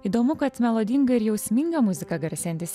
įdomu kad melodinga ir jausminga muzika garsėjantis